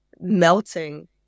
melting